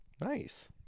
Nice